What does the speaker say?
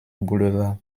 boulevard